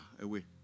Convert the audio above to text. away